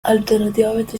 alternativamente